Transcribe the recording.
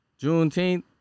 Juneteenth